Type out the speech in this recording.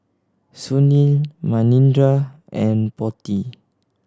Sunil Manindra and Potti